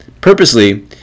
purposely